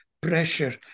pressure